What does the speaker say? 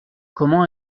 comment